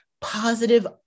positive